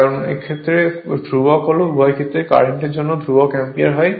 কারণ ক্ষেত্র ধ্রুবক হলে উভয় ক্ষেত্রেই কারেন্ট জন্য ধ্রুবক অ্যামপিয়ার হয়